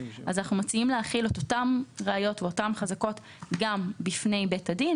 אנחנו מציעים להחיל את אותן ראיות ואותן חזקות גם בפני בית הדין,